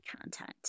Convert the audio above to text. content